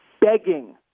begging